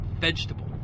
vegetable